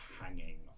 hanging